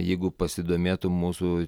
jeigu pasidomėtų mūsų